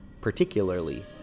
particularly